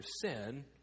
sin